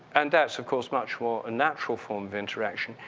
and that's, of course, much more a natural form of interaction.